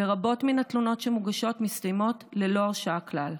ורבות מן התלונות שמוגשות מסתיימות ללא הרשעה כלל.